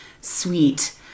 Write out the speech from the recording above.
sweet